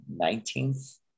19th